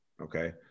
okay